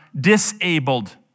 disabled